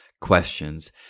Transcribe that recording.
questions